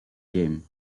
game